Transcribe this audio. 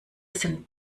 sind